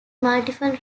multiple